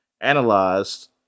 analyzed